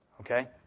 Okay